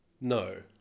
No